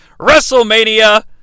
WrestleMania